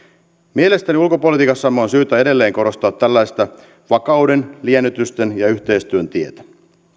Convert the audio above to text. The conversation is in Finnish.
mielestäni ulkopolitiikassamme on syytä edelleen korostaa tällaista vakauden liennytysten ja yhteistyön tietä